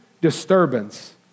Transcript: Disturbance